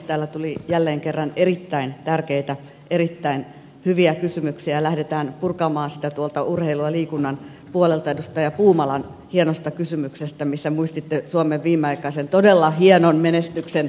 täällä tuli jälleen kerran erittäin tärkeitä erittäin hyviä kysymyksiä ja lähdetään purkamaan niitä urheilun ja liikunnan puolelta edustaja puumalan hienosta kysymyksestä missä muistitte suomen viimeaikaisen todella hienon menestyksen maailmalla